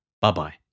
bye-bye